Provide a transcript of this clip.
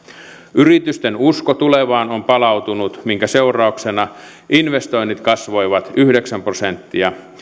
yritysten usko tulevaan on palautunut minkä seurauksena investoinnit kasvoivat yhdeksän prosenttia